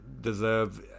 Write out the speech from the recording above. deserve